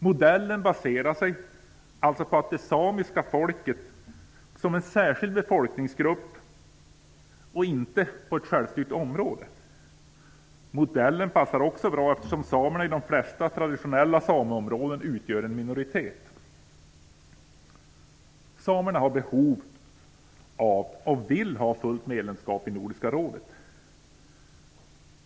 Modellen baserar sig alltså på att det samiska folket som en särskild befolkningsgrupp och inte på ett självstyrt område. Modellen passar också bra eftersom samerna i de flesta traditionella sameområden utgör en minoritet. Samerna har behov av och vill ha fullt medlemskap i Nordiska rådet.